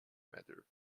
matter